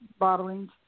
bottlings